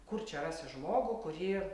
kur čia rasi žmogų kurį